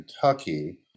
Kentucky